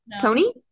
Tony